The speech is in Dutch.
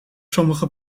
sommige